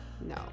No